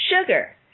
sugar